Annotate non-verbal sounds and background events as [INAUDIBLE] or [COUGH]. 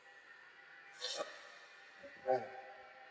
[NOISE] mm